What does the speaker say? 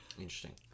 Interesting